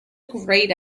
great